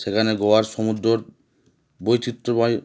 সেখানে গোয়ার সমুদ্রর বৈচিত্র্যময়